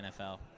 NFL